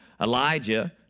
Elijah